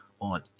on